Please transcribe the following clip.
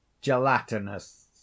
gelatinous